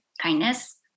kindness